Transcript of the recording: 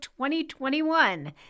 2021